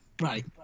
Right